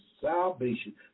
salvation